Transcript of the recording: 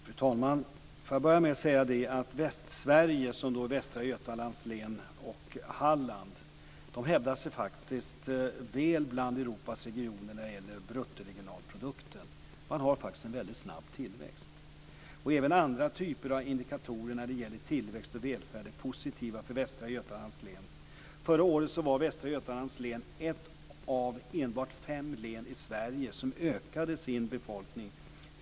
Fru talman! Låt mig börja med att säga att Västsverige, dvs. Västra Götalands län och Hallands län, faktiskt hävdar sig väl bland Europas regioner när det gäller bruttoregionalprodukten. Man har faktiskt en väldigt snabb tillväxt. Även andra typer av indikatorer på tillväxt och välfärd är positiva för Västra Götalands län. Förra året var Västra Götalands län ett av enbart fem län i Sverige som ökade sin befolkning.